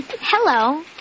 Hello